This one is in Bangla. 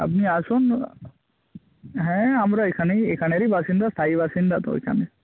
আপনি আসুন হ্যাঁ হ্যাঁ আমরা এখানেই এখানেরই বাসিন্দা স্থায়ী বাসিন্দা তো এখানে